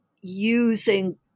using